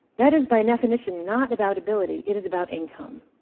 that is, by definition, not about ability. it is about income.